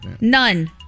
None